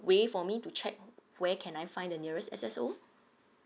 way for me to check where can I find the nearest S_S_O